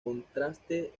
contraste